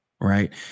right